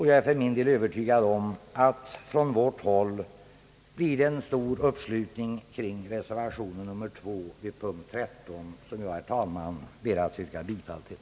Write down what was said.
Jag är för min del övertygad om att det från vårt håll blir en stark uppslutning kring reservationen vid punkt 13 som jag, herr talman, ber att få yrka bifall till.